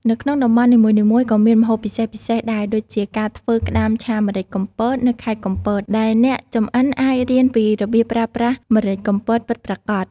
នៅក្នុងតំបន់នីមួយៗក៏មានម្ហូបពិសេសៗដែរដូចជា ការធ្វើ ក្តាមឆាម្រេចកំពត នៅខេត្តកំពត ដែលអ្នកចម្អិនអាចរៀនពីរបៀបប្រើប្រាស់ម្រេចកំពតពិតប្រាកដ។